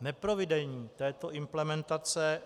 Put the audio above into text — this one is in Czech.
Neprovedení této implementace